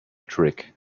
trick